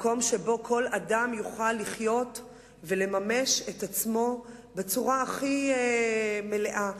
מקום שבו כל אדם יוכל לחיות ולממש את עצמו בצורה הכי מלאה,